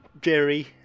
Jerry